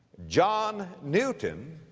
john newton,